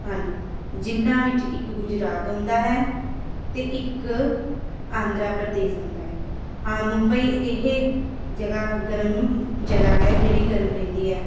ਹਨ ਜਿਨ੍ਹਾਂ ਵਿੱਚ ਇੱਕ ਗੁਜਰਾਤ ਆਉਂਦਾ ਹੈ ਅਤੇ ਇੱਕ ਆਂਧਰਾ ਪ੍ਰਦੇਸ਼ ਆਉਂਦਾ ਹੈ ਹਾਂ ਮੁੰਬਈ ਇਹ ਜਗ੍ਹਾ ਗਰਮ ਜਗ੍ਹਾ ਹੈ ਜਿਹੜੀ ਗਰਮ ਰਹਿੰਦੀ ਹੈ